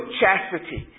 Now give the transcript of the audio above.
chastity